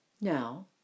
Now